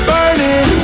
Burning